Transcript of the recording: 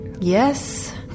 Yes